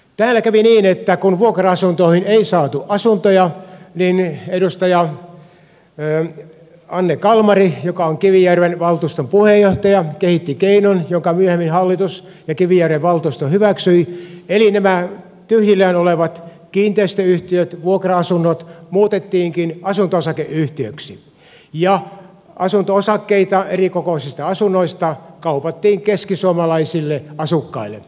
täällä kävi niin että kun vuokra asuntoihin ei saatu asukkaita niin edustaja anne kalmari joka on kivijärven valtuuston puheenjohtaja kehitti keinon jonka myöhemmin hallitus ja kivijärven valtuusto hyväksyivät eli nämä tyhjillään olevat kiinteistöyhtiöt vuokra asunnot muutettiinkin asunto osakeyhtiöiksi ja asunto osakkeita erikokoisista asunnoista kaupattiin keskisuomalaisille asukkaille